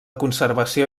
conservació